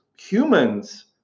humans